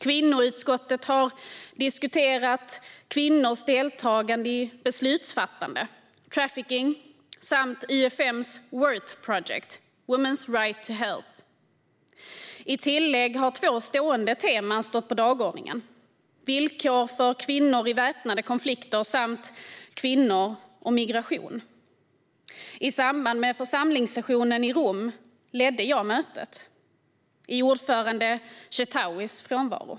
Kvinnoutskottet har diskuterat kvinnors deltagande i beslutsfattande, trafficking samt UfM:s Worthproject . I tillägg har två stående teman stått på dagordningen: villkor för kvinnor i väpnade konflikter samt kvinnor och migration. I samband med församlingssessionen i Rom ledde jag mötet i ordförande Chettaouis frånvaro.